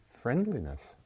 friendliness